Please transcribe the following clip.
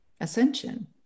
ascension